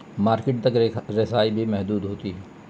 market تک رسائی بھی محدود ہوتی ہے